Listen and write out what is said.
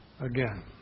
again